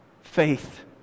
Faith